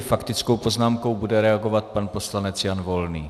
Faktickou poznámkou bude reagovat pan poslanec Jan Volný.